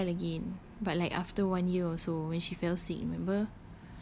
they reconcile again but like after one year or so when she fell sick remember